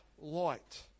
light